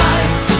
Life